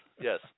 Yes